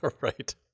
Right